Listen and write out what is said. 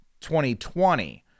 2020